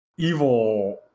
evil